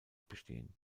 bestehen